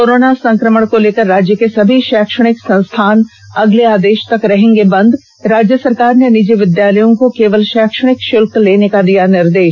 corona संकमण को लेकर राज्य के सभी शैक्षणिक संस्थान अगले आदेश तक रहेंगे बंद राज्य सरकार ने निजी विद्यालयों को केवल शैक्षणिक शुल्क लेने का दिया निर्देश